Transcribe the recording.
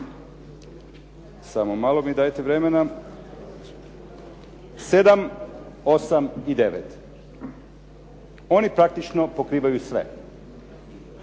Samo malo mi dajte vremena sedam, osam i devet. Oni praktično pokrivaju sve.